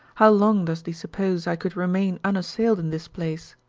how long does thee suppose i could remain unassailed in this place?